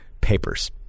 papers